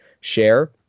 share